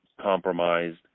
compromised